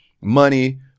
money